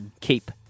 keep